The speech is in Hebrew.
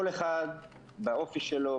כל אחד באופי שלו,